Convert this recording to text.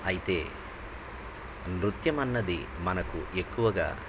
అయితే నృత్యం అన్నది మనకు ఎక్కువగా